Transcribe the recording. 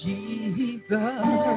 Jesus